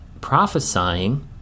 Prophesying